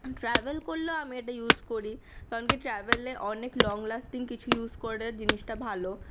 travel করলেও আমি এটা ইউস করি কারণ কি ট্রাভেলে অনেক লং লাস্টিং কিছু ইউস করলে জিনিসটা ভালো